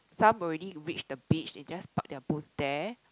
some already reached the beach they just park their boat there